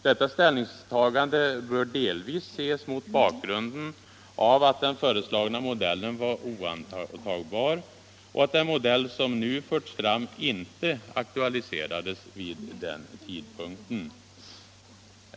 Detta ställningstagande bör delvis ses mot bakgrunden av att den föreslagna modellen var oantagbar och att den modell som nu förts fram inte aktualiserats vid den tidpunkten.